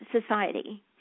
society